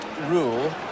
rule